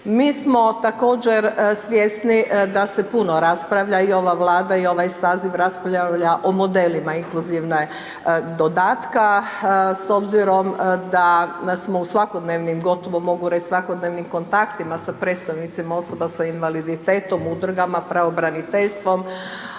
Mi smo također svjesni da se puno raspravlja i ova Vlada i ovaj saziv raspravlja o modelima inkluzivnog dodatka s obzirom da smo su svakodnevnim, gotovo mogu reći svakodnevnim kontaktima sa predstavnicima osoba sa invaliditetom, udrugama, pravobraniteljstvom